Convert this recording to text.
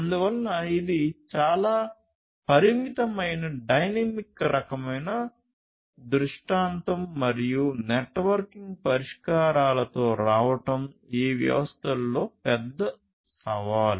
అందువల్ల ఇది చాలా పరిమితమైన డైనమిక్ రకమైన దృష్టాంతం మరియు నెట్వర్కింగ్ పరిష్కారాలతో రావడం ఈ వ్యవస్థల్లో పెద్ద సవాలు